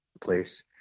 place